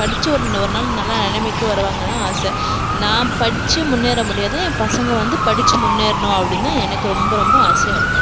படிச்சு ஒரு ஒரு நாள் நல்ல நிலமைக்கி வருவாங்கனு ஆசை நான் படிச்சு முன்னேற முடியாத என் பசங்கள் வந்து படிச்சு முன்னேறணும் அப்படின் தான் எனக்கு ரொம்ப ரொம்ப ஆசையாக இருக்குது